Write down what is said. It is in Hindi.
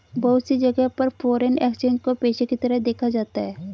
बहुत सी जगह पर फ़ोरेन एक्सचेंज को पेशे के तरह देखा जाता है